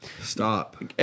Stop